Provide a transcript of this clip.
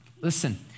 Listen